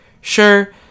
sure